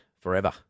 forever